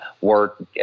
work